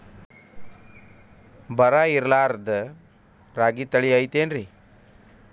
ಬರ ಇರಲಾರದ್ ರಾಗಿ ತಳಿ ಐತೇನ್ರಿ?